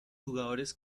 jugadores